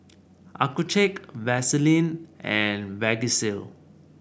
Accucheck Vaselin and Vagisil